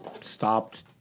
stopped